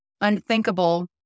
unthinkable